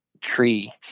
tree